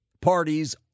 parties